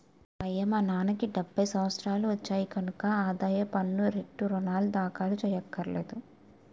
అమ్మయ్యా మా నాన్నకి డెబ్భై సంవత్సరాలు వచ్చాయి కనక ఆదాయ పన్ను రేటర్నులు దాఖలు చెయ్యక్కర్లేదు